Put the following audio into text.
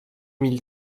mille